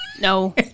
no